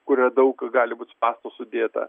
kur daug gali būt spąstų sudėta